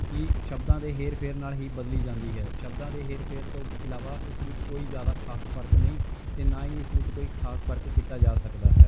ਕਿ ਸ਼ਬਦਾਂ ਦੇ ਹੇਰ ਫਿਰ ਨਾਲ ਹੀ ਬਦਲੀ ਜਾਂਦੀ ਹੈ ਸ਼ਬਦਾਂ ਦੇ ਹੇਰ ਫਿਰ ਤੋਂ ਇਲਾਵਾ ਇਸ ਵਿੱਚ ਕੋਈ ਜ਼ਿਆਦਾ ਖ਼ਾਸ ਫ਼ਰਕ ਨਹੀਂ ਅਤੇ ਨਾ ਹੀ ਇਸ ਵਿੱਚ ਕੋਈ ਖ਼ਾਸ ਫ਼ਰਕ ਕੀਤਾ ਜਾ ਸਕਦਾ ਹੈ